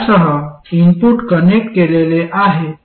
यासह input connect केलेले आहे